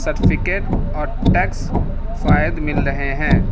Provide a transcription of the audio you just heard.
certificate اور tax فائد مل رہے ہیں